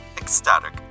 ecstatic